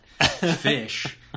fish